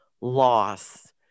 loss